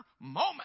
moment